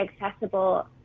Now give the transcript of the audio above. accessible